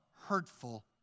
hurtful